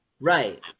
Right